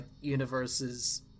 universes